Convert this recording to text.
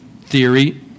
theory